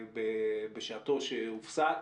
בשעתו שהופסק.